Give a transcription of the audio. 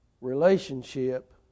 relationship